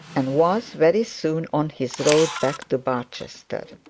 and was very soon on his road back to barchester.